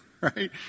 right